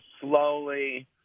slowly